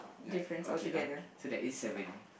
like okay lah so there is seven